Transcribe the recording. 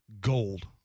gold